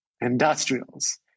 industrials